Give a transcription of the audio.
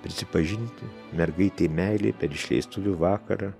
prisipažinti mergaitei meilėj per išleistuvių vakarą